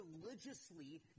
religiously